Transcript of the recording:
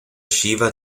shiva